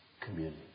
community